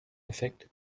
effekt